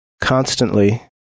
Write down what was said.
constantly